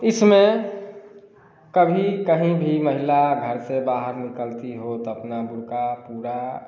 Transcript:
इसमें कभी कहीं भी महिला घर से बाहर निकलती हो तो अपना बुर्क़ा पूरा